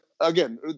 again